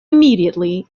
immediately